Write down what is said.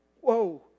Whoa